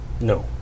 No